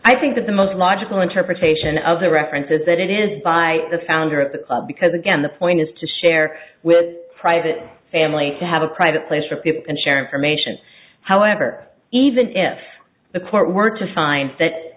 i think that the most logical interpretation of a reference is that it is by the founder of the club because again the point is to share with a private family to have a private place for people and share information however even if the court were to find that